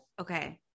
Okay